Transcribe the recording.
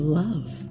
love